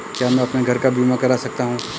क्या मैं अपने घर का बीमा करा सकता हूँ?